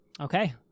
Okay